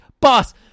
boss